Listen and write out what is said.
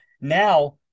Now